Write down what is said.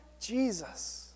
Jesus